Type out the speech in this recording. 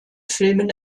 filmen